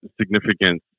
significance